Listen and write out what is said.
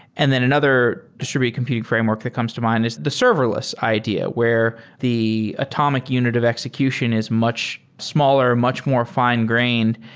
and then another distributed computing framework that comes to mind is the serverless idea, where the atomic unit of execution is much smaller, much more fi ne-grained.